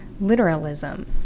literalism